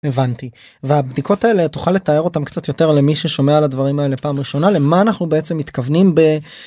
הבנתי והבדיקות האלה תוכל לתאר אותם קצת יותר למי ששומע על הדברים האלה פעם ראשונה למה אנחנו בעצם מתכוונים.